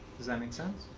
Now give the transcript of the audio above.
does that make sense?